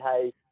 hey